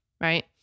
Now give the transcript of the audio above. right